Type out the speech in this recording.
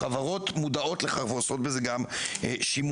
החברות מודעות לכך ועושות בזה שימוש.